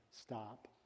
stop